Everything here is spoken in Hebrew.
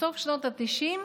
בסוף שנות התשעים